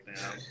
now